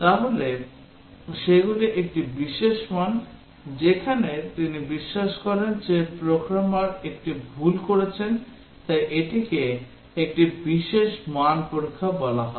তাহলে সেগুলি একটি বিশেষ মান যেখানে তিনি বিশ্বাস করেন যে প্রোগ্রামার একটি ভুল করেছেন তাই এটিকে একটি বিশেষ মান পরীক্ষা বলা হয়